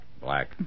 Black